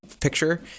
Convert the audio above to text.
Picture